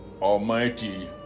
almighty